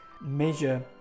measure